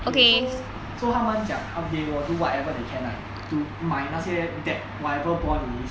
okay so so 他们讲 come they will do whatever they can right to 买那些 debt whatever bond with it